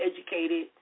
educated